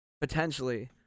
potentially